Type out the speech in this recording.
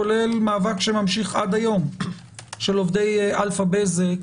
כולל מאבק שממשיך עד היום של עובדי אלפא-בזק,